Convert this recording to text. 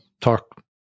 talk